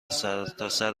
سرتاسر